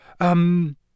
Um